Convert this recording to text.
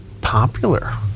popular